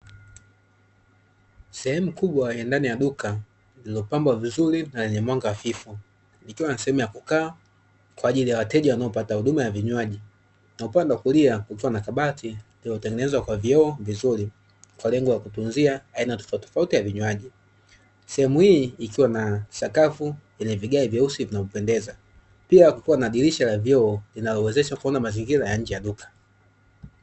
Sehemu kubwa ya ndani ya duka lililopambwa vizuri na lenye mwanga hafifu likiwa na sehemu ya kukaa kwa ajili ya wateja wanaopata huduma ya vinywaji, na upande wa kulia kukiwa na kabati lililotengenezwa kwa viyoo vizuri kwa lengo la kutunzia aina tofauti tofauti ya vinywaji. Sehemu hii ikiwa na sakafu yenye vigae vyeusi vinavyopendeza, pia kukiwa na dirisha la viyoo linawezeshwa kuona mazingira ya nje ya duka.